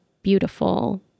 beautiful